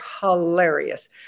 hilarious